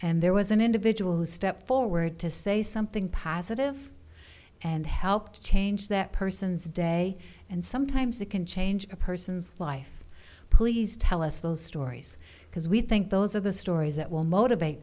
and there was an individual who stepped forward to say something positive and helped change that person's day and sometimes it can change a person's life please tell us those stories because we think those are the stories that will motivate